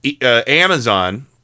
Amazon